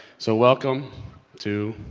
so welcome to